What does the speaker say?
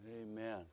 Amen